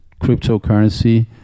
cryptocurrency